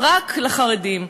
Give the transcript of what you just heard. רק לחרדים.